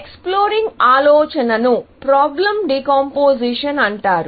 exploring ఆలోచనను problem decomposition అంటారు